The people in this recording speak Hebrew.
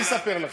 אני אספר לך.